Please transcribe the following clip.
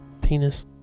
Penis